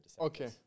Okay